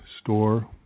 store